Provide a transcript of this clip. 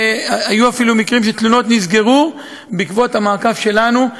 והיו אפילו מקרים שתלונות נסגרו בעקבות המעקב שלנו,